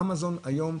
אמזון היום,